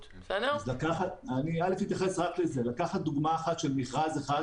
לקחת דוגמא אחת של מכרז אחד,